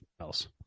else